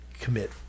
commit